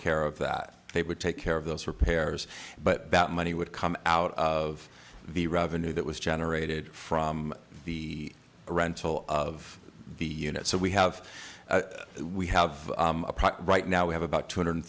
care of that they would take care of those repairs but that money would come out of the revenue that was generated from the rental of the unit so we have we have a product right now we have about two hundred